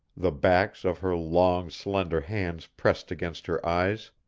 the backs of her long, slender hands pressed against her eyes.